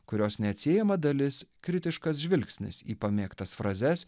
kurios neatsiejama dalis kritiškas žvilgsnis į pamėgtas frazes